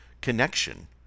connection